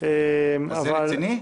-- זה רציני?